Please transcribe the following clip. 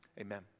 amen